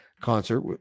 concert